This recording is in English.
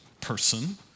person